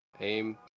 aim